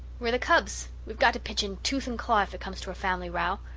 we're the cubs we've got to pitch in tooth and claw if it comes to a family row,